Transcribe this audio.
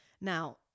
now